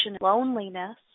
loneliness